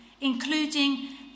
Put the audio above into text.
including